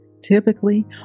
typically